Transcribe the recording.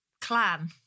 clan